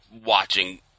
watching